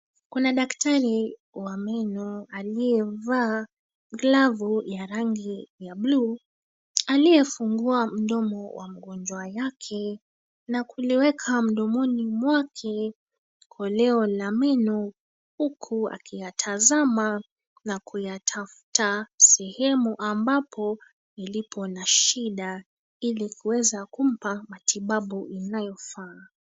Kuna daktari wa meno aliyevaa glavu ya rangi ya buluu, aliyefungua mdomo wa mgonjwa yake na kuliweka mdomoni mwake koleo la meno huku akiyatazama na kuyatafuta sehemu ambapo ilipo na shida ili kuweza kumpa matibabu inayofaa.